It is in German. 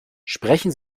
sprechen